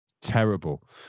terrible